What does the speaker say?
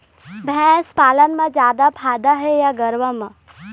भैंस पालन म जादा फायदा हे या गरवा म?